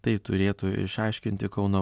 tai turėtų išaiškinti kauno